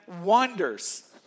wonders